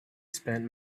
spent